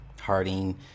Harding